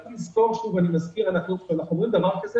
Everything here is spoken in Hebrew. צריך לזכור שכשאנחנו אומרים דבר כזה